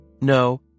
No